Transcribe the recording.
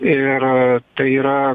ir tai yra